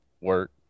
work